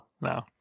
no